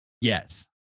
Yes